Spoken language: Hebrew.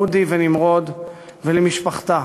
אודי ונמרוד ולמשפחתה.